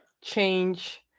change